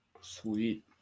Sweet